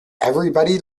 everybody